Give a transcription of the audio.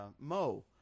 Mo